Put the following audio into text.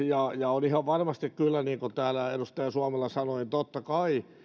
ja ja on ihan varmasti kyllä niin kuin täällä edustaja suomela sanoi että totta kai